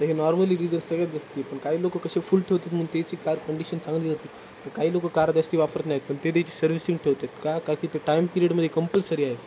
तर हे नॉर्मली सगळ्यात असते पण काही लोक कसे फुल ठेवतात म्हणून त्याची कार कंडिशन चांगली जाते पण काही लोक कार जास्ती वापरत नाही आहेत पण ते त्याची सर्व्हिसिंग ठेवते का का की तर टाइम पिरियडमध्ये कंपल्सरी आहे